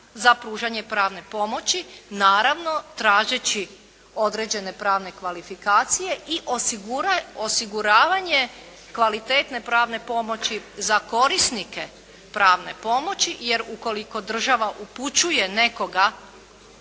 za pružanje pravne pomoći, naravno tražeći određene pravne kvalifikacije i osiguravanje kvalitetne pravne pomoći za korisnike pravne pomoći jer ukoliko država upućuje nekoga,